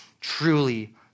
truly